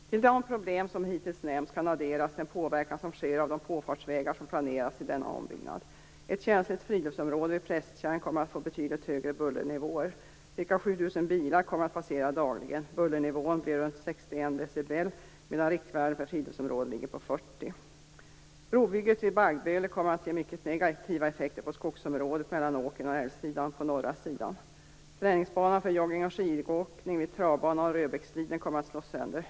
Till de problem som hittills nämnts kan adderas den påverkan som sker av de påfartsvägar som planeras i denna ombyggnad. Ett känsligt friluftsområde, Prästtjärn, kommer att få betydligt högre bullernivåer. Ca 7 000 bilar kommer att passera dagligen. Bullernivån blir runt 61 decibel, medan riktvärde för friluftsområden ligger på 40. Brobygget vid Baggböle kommer att ge mycket negativa effekter på skogsområdet mellan åkern och älvsidan på norra sidan. Träningsbanan för joggning och skidåkning vid travbanan och Röbäcksliden kommer att slås sönder.